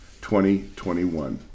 2021